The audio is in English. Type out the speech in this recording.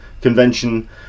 convention